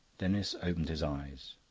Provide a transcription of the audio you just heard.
denis opened his eyes.